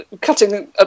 cutting